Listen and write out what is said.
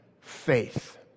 faith